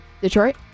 Detroit